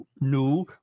new